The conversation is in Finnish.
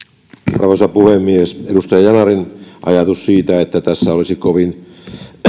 arvoisa puhemies edustaja yanarin ajatuksen siitä että tässä oltaisiin kovin